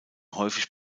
häufig